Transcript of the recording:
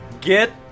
get